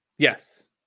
yes